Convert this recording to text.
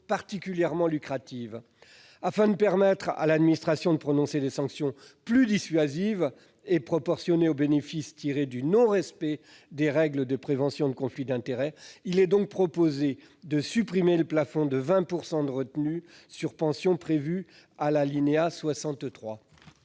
particulièrement lucratifs. Afin de permettre à l'administration de prononcer des sanctions plus dissuasives et proportionnées aux bénéfices tirés du non-respect des règles en vigueur en matière de prévention des conflits d'intérêts, nous proposons de supprimer le plafond de 20 % de retenue sur pension prévu à l'alinéa 63.